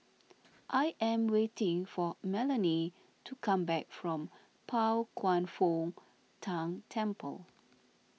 I am waiting for Melany to come back from Pao Kwan Foh Tang Temple